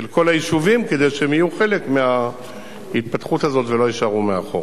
של כל היישובים כדי שהם יהיו חלק מההתפתחות הזאת ולא יישארו מאחור.